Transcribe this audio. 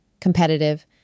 competitive